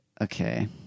Okay